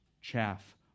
chaff